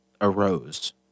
arose